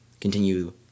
continue